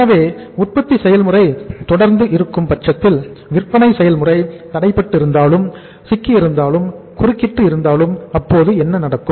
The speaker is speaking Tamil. எனவே உற்பத்தி செயல்முறை தொடர்ந்து இருக்கும் பட்சத்தில் விற்பனை செயல்முறை தடைப்பட்டிருந்தாலும் சிக்கியிருந்தாலும் குறுக்கிட்டு இருந்தாலும் அப்போது என்ன நடக்கும்